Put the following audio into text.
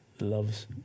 loves